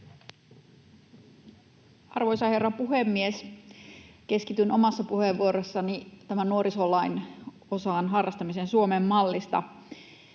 Arvoisa herra puhemies! Keskityn omassa puheenvuorossani tämän nuorisolain osaan harrastamisen Suomen mallista: